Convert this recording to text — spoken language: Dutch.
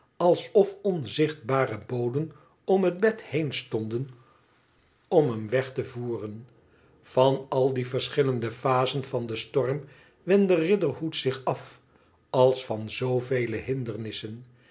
alsof onzichtbare boden om het bed heen stonden om hem weg te voeren yan al die verschillende phasen van den storm wendde riderhood zich af als van zoovele hindernissen